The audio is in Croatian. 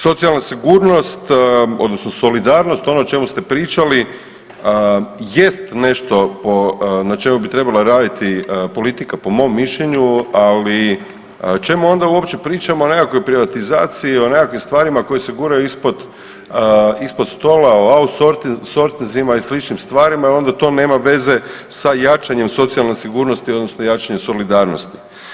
Socijalna sigurnost odnosno solidarnost, ono o čemu ste pričali jest nešto na čemu bi trebala raditi politika po mom mišljenju, ali čemu onda uopće pričamo o nekakvoj privatizaciji i o nekakvim stvarima koje se guraju ispod, ispod stola, o outsorsinzima i sličnim stvarima i onda to nema veze sa jačanjem socijalne sigurnosti odnosno jačanjem solidarnosti.